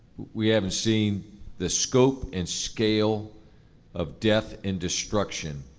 we haven't seen the scope and scale of death and destruction